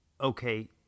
Okay